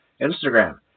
Instagram